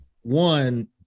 one